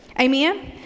Amen